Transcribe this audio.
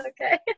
okay